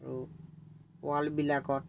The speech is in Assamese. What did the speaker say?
আৰু ৱালবিলাকত